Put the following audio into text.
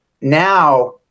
now